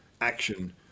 action